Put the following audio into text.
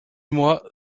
moi